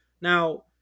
Now